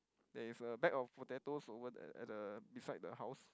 there is a bag of potatoes over there at the beside the house